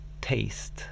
taste